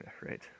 Right